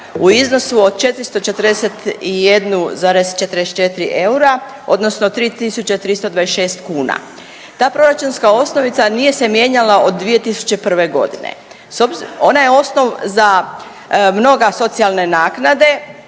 u iznosu od 441,44 eura odnosno 3.326 kuna, ta proračunska osnovica nije se mijenjala od 2001.g. ona je osnov za mnoga socijalne naknade